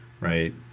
right